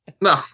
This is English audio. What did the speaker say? No